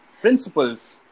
principles